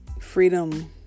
freedom